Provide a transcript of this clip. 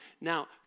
Now